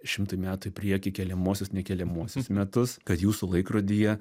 šimtui metų į priekį keliamuosius ne keliamuosius metus kad jūsų laikrodyje